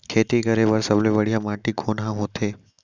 खेती करे बर सबले बढ़िया माटी कोन हा होथे?